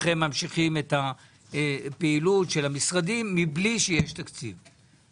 ממשיכים את הפעילות של המשרדים מבלי שיש תקציב,